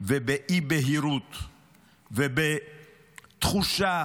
ובאי-בהירות ובתחושה